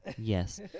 Yes